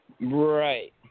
Right